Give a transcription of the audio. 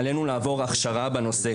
עלינו לעבור הכשרה בנושא.